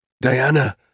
Diana